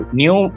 new